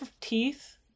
teeth